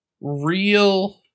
real